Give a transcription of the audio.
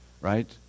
Right